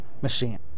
machine